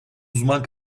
uzman